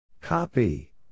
Copy